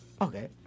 Okay